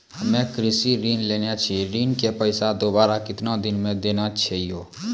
हम्मे कृषि ऋण लेने छी ऋण के पैसा दोबारा कितना दिन मे देना छै यो?